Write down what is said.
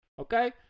Okay